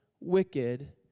wicked